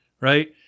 right